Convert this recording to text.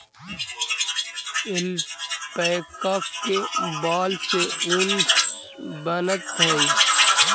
alpaca के बाल से ऊन बनऽ हई